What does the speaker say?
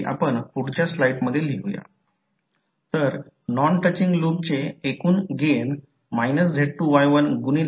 तर परंतु हे ∅21 प्रत्यक्षात या कॉइलला जोडत आहे आणि सर्व ∅2 ∅21 ∅22 हे सर्व कॉइलला जोडत आहे असे म्हणतात म्हणून या मार्गाने डॉट कन्व्हेन्शन समजून घ्यावे लागेल